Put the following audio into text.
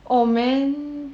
oh man